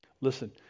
listen